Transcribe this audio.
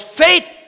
faith